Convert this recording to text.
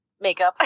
Makeup